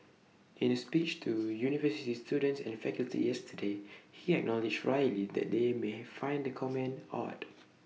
in A speech to university students and faculty yesterday he acknowledged wryly that they may find the comment odd